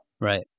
Right